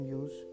use